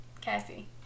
Cassie